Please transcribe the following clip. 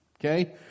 Okay